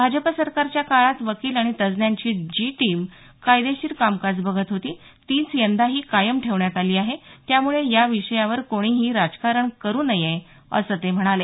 भाजप सरकारच्या काळात वकील आणि तज्ञांची जी टीम कायदेशीर कामकाज बघत होती तीच यंदाही कायम ठेवण्यात आली आहे त्यामुळे या विषयावर कुणीही राजकारण करू नये असं ते म्हणाले